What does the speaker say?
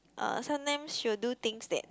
uh sometimes she will do things that